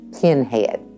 pinhead